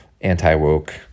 anti-woke